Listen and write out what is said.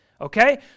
Okay